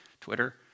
Twitter